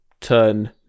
turn